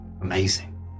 amazing